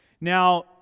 now